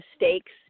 mistakes